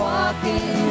Walking